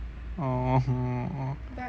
orh